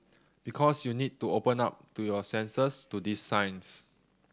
because you need to open up to your senses to these signs